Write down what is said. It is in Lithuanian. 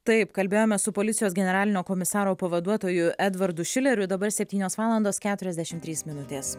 taip kalbėjome su policijos generalinio komisaro pavaduotoju edvardu šileriu dabar septynios valandos keturiasdešim trys minutės